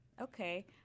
okay